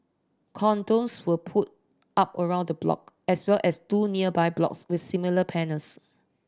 cordons were put up around the block as well as two nearby blocks with similar panels